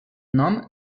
nom